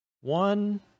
one